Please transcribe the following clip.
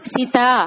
Sita